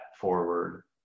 forward